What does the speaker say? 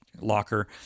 locker